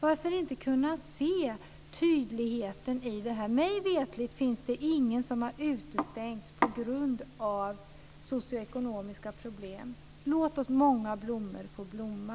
Varför inte se tydligheten i detta? Mig veterligt finns det ingen som har utestängts på grund av socioekonomiska problem. Låt många blommor få blomma!